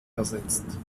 ersetzt